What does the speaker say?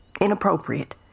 Inappropriate